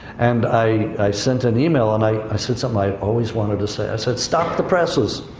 and i, i sent an email, and i, i said something i've always wanted to say. i said, stop the presses!